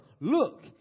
Look